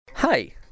Hi